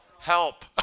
Help